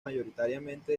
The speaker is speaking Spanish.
mayoritariamente